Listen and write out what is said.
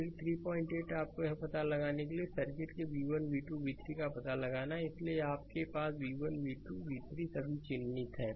फिर 38 आपको यह पता लगाने के लिए सर्किट के v1 v2 v3 का पता लगाना है इसलिए आपके पास v1 v2 v3 सभी चिह्नित हैं